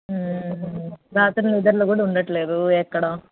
రాత్రి నిదర్లు కూడా ఉండట్లేదు ఎక్కడ